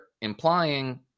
implying